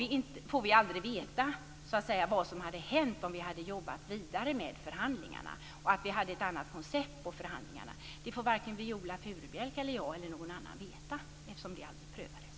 Vi får aldrig så att säga veta vad som hade hänt om vi hade jobbat vidare med förhandlingarna och hade ett annat koncept vad gäller förhandlingarna. Det får varken Viola Furubjelke eller jag, och inte heller någon annan, veta eftersom det aldrig prövades.